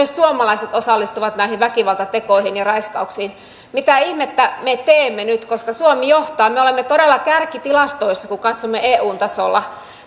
suomalaiset osallistuvat näihin väkivallantekoihin ja raiskauksiin mitä ihmettä me teemme nyt suomi johtaa me olemme todella kärkitilastoissa kun katsomme eun tasolla